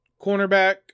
cornerback